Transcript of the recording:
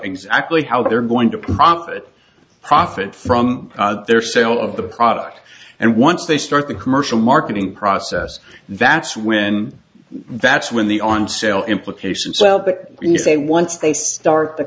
exactly how they're going to profit profit from their sale of the product and once they start the commercial marketing process that's when that's when the on sale implications sell but you say once they start the